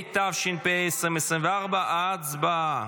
התשפ"ה 2024. הצבעה.